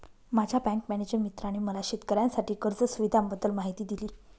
माझ्या bank manager मित्राने मला शेतकऱ्यांसाठी कर्ज सुविधांबद्दल माहिती दिली